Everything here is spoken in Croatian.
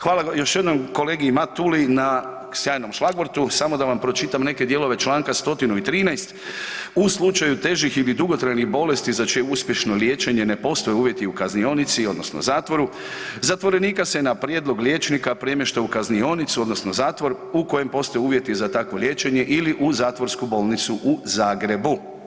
Hvala još jednom kolegi Matuli na sjajnom šlagvortu, samo da vam pročitam neke dijelove čl. 113. „u slučaju težih ili dugotrajnih bolesti za čije uspješno liječenje ne postoje uvjeti u kaznionici odnosno zatvoru zatvorenika se na prijedlog liječnika premješta u kaznionicu odnosno zatvor u kojem postoje uvjeti za takvo liječenje ili u zatvorsku bolnicu u Zagrebu.